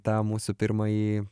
tą mūsų pirmąjį